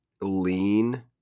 lean